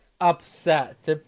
upset